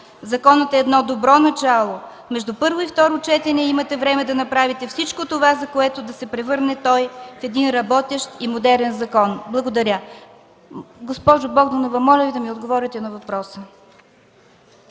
Законът е едно добро начало. Между първо и второ четене имате време да направите всичко това, за да се превърне той в един работещ и модерен закон. Благодаря.” Госпожо Богданова, моля да ми отговорите на въпроса.